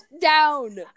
down